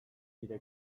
nire